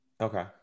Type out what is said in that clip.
okay